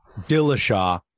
Dillashaw